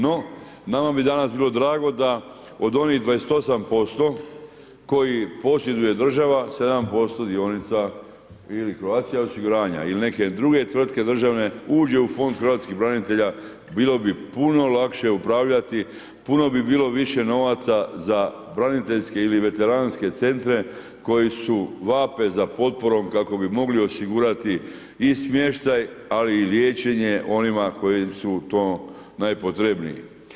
No, nama bi danas bilo drago, da od onih 28% koji posjeduje država 7% dionica ili Croatia osiguranja ili neke druge tvrtke državne, uđu u fond hrvatskih branitelja, bilo bi puno lakše upravljati, puno bi bilo više novaca, za braniteljske ili vesternske centre, koji vape za potporom, kako bi mogli osigurati i smještaj, ali i liječenje onima koji su to najpotrebniji.